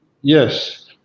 yes